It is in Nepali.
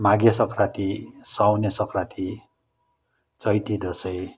माघे सङ्क्रान्ति साउने सङ्क्रान्ति चैते दसैँ